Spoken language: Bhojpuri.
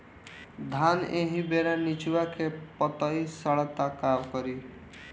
धान एही बेरा निचवा के पतयी सड़ता का करी?